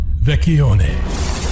Vecchione